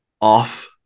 off